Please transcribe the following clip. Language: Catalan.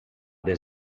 des